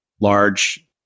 large